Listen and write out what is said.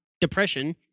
depression